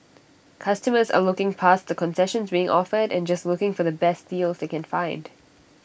customers are looking past the concessions being offered and just looking for the best deals they can find